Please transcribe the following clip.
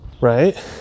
Right